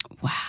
Wow